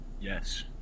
Yes